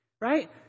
Right